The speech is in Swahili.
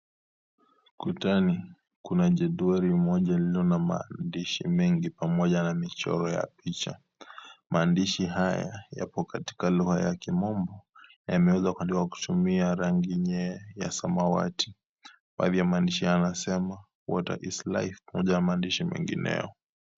Kutani kuna jedwali moja lililo na maandishi mengi pamoja na michoro ya picha. Maandishi haya yapo katika lugha ya kimombo. Na yameweza kuandikwa kwa kutumia rangi ya samawati. Baadhi ya maandishi haya yanasema water is life moja ya maandishi mengineo.